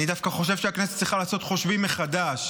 אני דווקא חושב שהכנסת צריכה לעשות חושבים מחדש.